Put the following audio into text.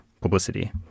publicity